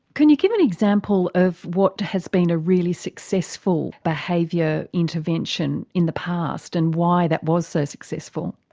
can you give an example of what has been a really successful behaviour intervention in the past, and why that was so successful?